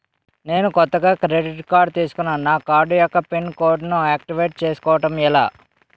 నేను కొత్తగా credit card తిస్కున్నా నా కార్డ్ యెక్క పిన్ కోడ్ ను ఆక్టివేట్ చేసుకోవటం ఎలా?